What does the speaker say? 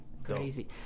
crazy